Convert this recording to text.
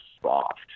soft